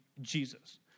Jesus